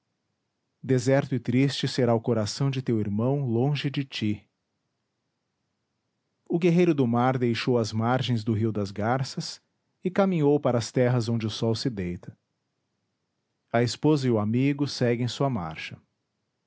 deserto e triste será o coração de teu irmão longe de ti o guerreiro do mar deixou as margens do rio das garças e caminhou para as terras onde o sol se deita a esposa e o amigo seguem sua marcha